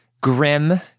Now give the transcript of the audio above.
grim